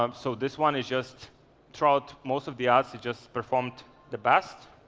um so this one is just throughout most of the ads, it just performed the best.